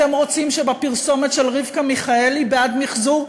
אתם רוצים שבפרסומת של רבקה מיכאלי בעד מִחזור,